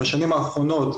בשנים האחרונות,